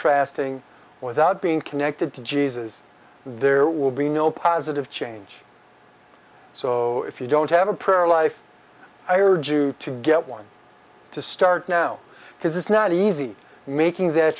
fasting without being connected to jesus there will be no positive change so if you don't have a prayer life i urge you to get one to start now because it's not easy making that